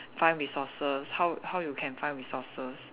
find resources how how you can find resources